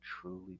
truly